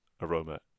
Aroma